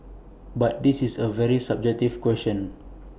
but this is A very subjective question